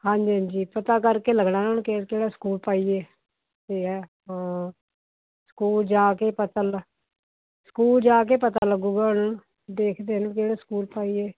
ਹਾਂਜੀ ਹਾਂਜੀ ਪਤਾ ਕਰਕੇ ਲੱਗਣਾ ਹੁਣ ਕਿਹੜਾ ਕਿਹੜਾ ਸਕੂਲ ਪਾਈਏ ਏ ਹੈ ਹਾਂ ਸਕੂਲ ਜਾ ਕੇ ਪਤਾ ਲ ਸਕੂਲ ਜਾ ਕੇ ਪਤਾ ਲੱਗੂਗਾ ਹੁਣ ਦੇਖਦੇ ਇਹਨੂੰ ਕਿਹੜੇ ਸਕੂਲ ਪਾਈਏ